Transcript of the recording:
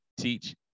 teach